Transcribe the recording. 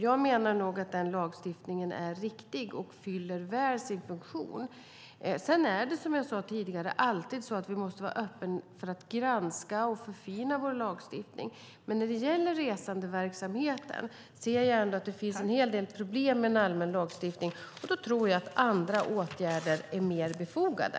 Jag menar att den lagstiftningen är riktig och väl fyller sin funktion. Vi måste alltid vara öppna för att granska och förfina vår lagstiftning, men när det gäller resandeverksamheten ser jag ändå att det finns en hel del problem med en allmän lagstiftning. Där tror jag att andra åtgärder är mer befogade.